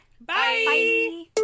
Bye